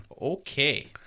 Okay